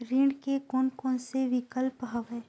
ऋण के कोन कोन से विकल्प हवय?